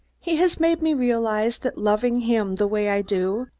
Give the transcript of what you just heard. he has made me realize that, loving him the way i do,